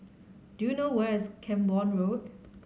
do you know where is Camborne Road